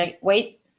Wait